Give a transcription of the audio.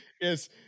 Yes